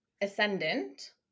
ascendant